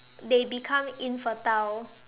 they become infertile